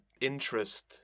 interest